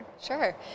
Sure